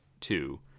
two